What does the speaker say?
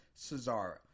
Cesaro